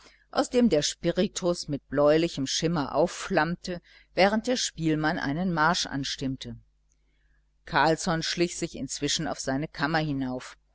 aus dem der spiritus mit bläulichem schimmer aufflammte während der spielmann einen marsch anstimmte carlsson schlich sich inzwischen auf seine kammer hinauf